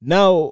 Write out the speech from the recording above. Now